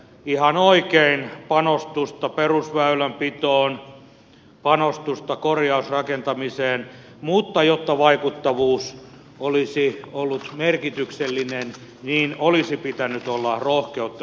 ihan oikein panostusta perusväylänpitoon panostusta korjausrakentamiseen mutta jotta vaikuttavuus olisi ollut merkityksellinen olisi pitänyt olla rohkeutta suurempiin määrärahoihin